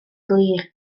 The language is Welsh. glir